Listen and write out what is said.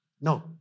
No